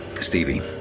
Stevie